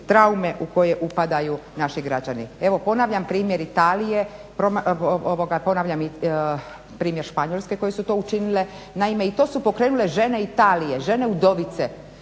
traume u koje upadaju naši građani. Evo ponavljam primjer Italije, ponavljam i primjer Španjolske koje su to učinile. Naime i to su pokrenule žene Italije, žene udovice,